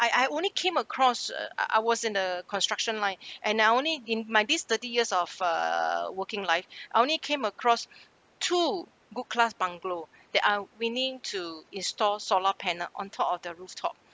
I I only came across uh I I was in a construction line and I only in my this thirty years of uh working life I only came across two good class bungalow that are willing to install solar panel on top of the rooftop